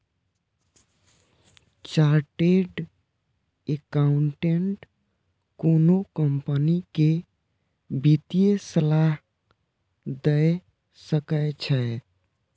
chartered accountant कोनो company कें वित्तीय सलाह दए सकै छै